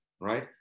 right